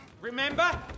Remember